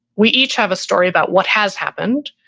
we each have a story about what has happened,